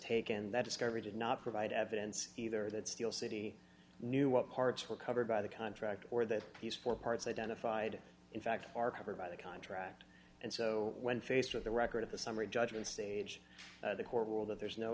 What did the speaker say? taken that discovery did not provide evidence either that steel city knew what parts were covered by the contract or that piece for parts identified in fact are covered by the contract and so when faced with the record of the summary judgment stage the court ruled that there's no